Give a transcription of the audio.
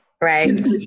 right